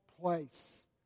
place